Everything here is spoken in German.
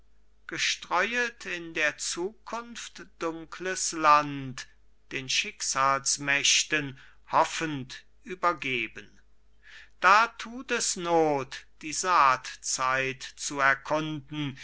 gestreuet in der zukunft dunkles land den schicksalsmächten hoffend übergeben da tut es not die saatzeit zu erkunden